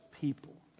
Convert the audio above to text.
people